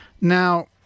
Now